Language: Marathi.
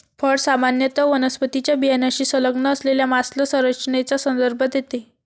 फळ सामान्यत वनस्पतीच्या बियाण्याशी संलग्न असलेल्या मांसल संरचनेचा संदर्भ देते